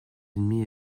ennemis